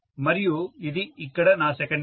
మరియు ఇది ఇక్కడ నా సెకండరీ